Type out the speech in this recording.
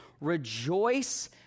Rejoice